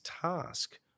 task